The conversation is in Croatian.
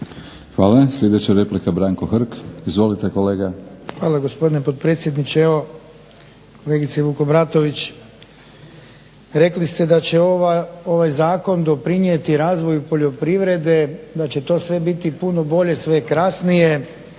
Hvala. Sljedeća replika, Branko Hrg. Izvolite kolega. **Hrg, Branko (HSS)** Hvala gospodine potpredsjedniče. Evo kolegice Vukobratović rekli ste da će ovaj zakon doprinijeti razvoju poljoprivrede, da će to sve biti puno bolje, sve krasnije,